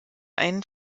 einen